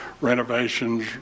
renovations